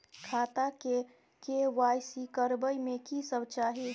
खाता के के.वाई.सी करबै में की सब चाही?